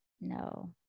no